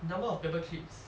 number of paper clips